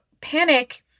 Panic